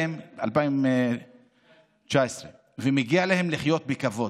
ומגיע להם, 2019, 2019. ומגיע להם לחיות בכבוד.